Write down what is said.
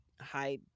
high